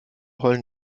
heulen